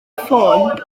ffôn